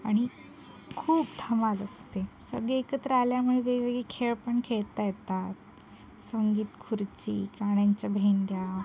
आणि खूप धमाल असते सगळे एकत्र आल्यामुळे वेगवेगळे खेळपण खेळता येतात संगीतखुर्ची गाण्यांच्या भेंड्या